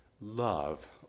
love